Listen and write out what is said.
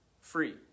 free